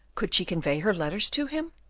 could she convey her letters to him?